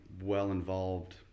well-involved